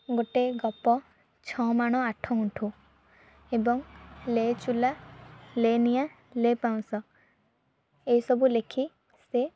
ଗୋଟେ ଗପ ଛମାଣ ଆଠଗୁଣ୍ଠ ଏବଂ ଲେ ଚୁଲା ଲେ ନିଆଁ ଲେ ପାଉଁଶ ଏ ସବୁ ଲେଖି ସେ